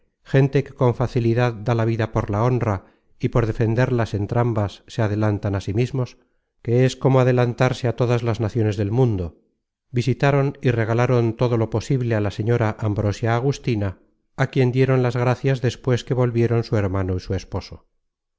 gente que con facilidad da la vida por la honra y por defenderlas entrambas se adelantan á sí mismos que es como adelantarse á todas las naciones del mundo visitaron y regalaron todo lo posible á la señora ambrosia agustina á quien dieron las gracias despues que volvieron su hermano y su esposo